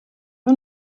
nur